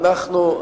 אנחנו,